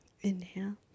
Inhale